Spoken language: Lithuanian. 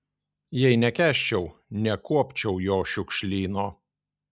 jei nekęsčiau nekuopčiau jo šiukšlyno